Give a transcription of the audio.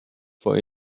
for